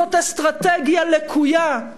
זו אסטרטגיה לקויה.